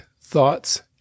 thoughts